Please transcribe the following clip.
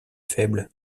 faibles